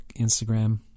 Instagram